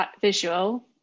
visual